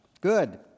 good